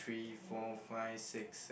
three four five six se~